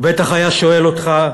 הוא בטח היה שואל אותך: